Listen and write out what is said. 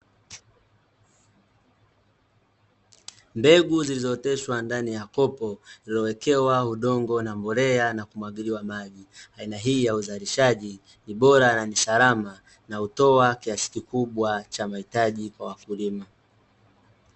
Mbegu zilizooteshwa ndani ya kopo lilowekewa udongo na mbolea na kumwagiliwa maji. Aina hii ya uzalishaji ni bora na ni salama na hutoa kiasi kikubwa cha mahitaji kwa wakulima.